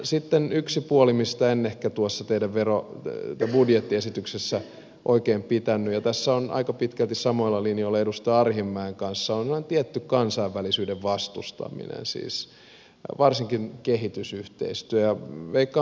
sitten yksi puoli mistä en ehkä tuossa teidän budjettiesityksessänne oikein pitänyt ja tässä olen aika pitkälti samoilla linjoilla edustaja arhinmäen kanssa on ihan tietty kansainvälisyyden vastustaminen siis varsinkin kehitysyhteistyön